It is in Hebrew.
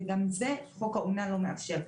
וגם את זה חוק האומנה לא מאפשר.